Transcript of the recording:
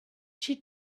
she